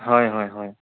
হয় হয় হয়